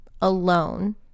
alone